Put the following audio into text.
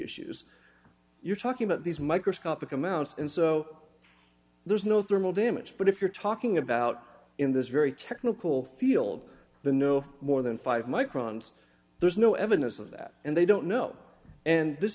issues you're talking about these microscopic amounts and so there's no thermal damage but if you're talking about in this very technical field the no more than five microns there's no evidence of that and they don't know and this